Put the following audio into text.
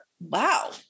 wow